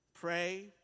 pray